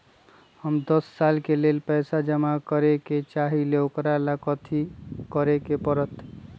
हम दस साल के लेल पैसा जमा करे के चाहईले, ओकरा ला कथि करे के परत?